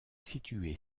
située